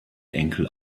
enkel